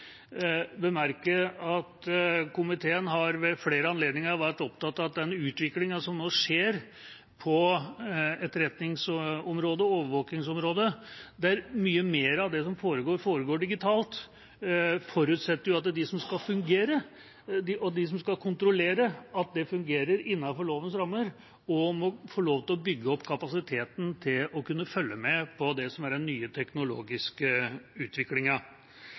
bemerke at komiteen ved flere anledninger har vært opptatt av at den utviklingen som nå skjer på etterretningsområdet og overvåkingsområdet, der mye mer av det som foregår, foregår digitalt, forutsetter at de som skal fungere, og de som skal kontrollere at det fungerer innenfor lovens rammer, også må få lov til å bygge opp kapasiteten til å kunne følge med på det som er den nye teknologiske